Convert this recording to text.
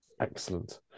Excellent